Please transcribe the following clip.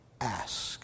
ask